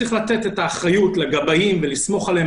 צריך להעביר את האחריות לגבאים ולסמוך עליהם.